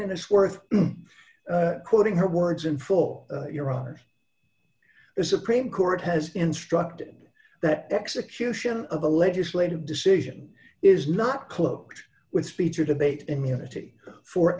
and it's worth quoting her words in full your heart is supreme court has instructed that execution of a legislative decision is not cloaked with speech or debate immunity for